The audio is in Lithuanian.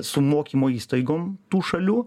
su mokymo įstaigom tų šalių